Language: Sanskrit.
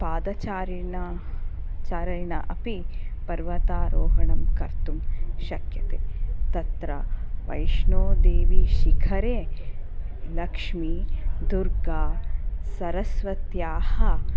पादचारिण चारेण अपि पर्वतारोहणं कर्तुं शक्यते तत्र वैष्णोदेवीशिखरे लक्ष्मी दुर्गा सरस्वत्याः